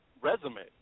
resume